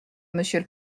monsieur